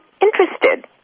interested